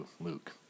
Luke